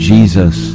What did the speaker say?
Jesus